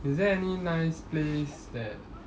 is there any nice place that